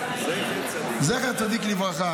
זכר צדיק לברכה.